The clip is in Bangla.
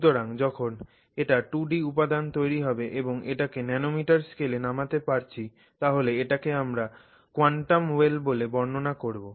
সুতরাং যখন এটা 2 ডি উপাদান তৈরি হবে এবং এটাকে ন্যানোমিটার স্কেলে নামাতে পারছি তাহলে এটাকে আমরা কোয়ান্টাম ওয়েল বলে বর্ণনা করবো